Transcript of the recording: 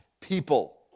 people